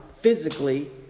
physically